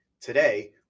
Today